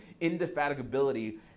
indefatigability